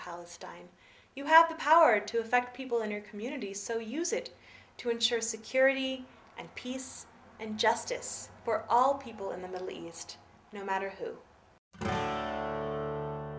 palestine you have the power to affect people in your community so use it to ensure security and peace and justice for all people in the middle east no matter who